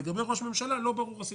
לגבי ראש הממשלה לא ברורה הסיטואציה,